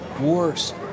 Worse